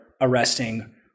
arresting